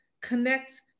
connect